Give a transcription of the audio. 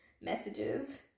messages